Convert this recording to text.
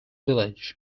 village